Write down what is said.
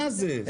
מה זה?